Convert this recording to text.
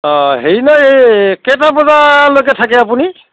অ হেৰি নহয় এই কেইটা বজালৈকে থাকে আপুনি